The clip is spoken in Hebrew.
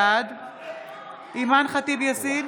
בעד אימאן ח'טיב יאסין,